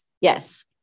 Yes